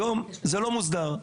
היום זה לא מוסדר,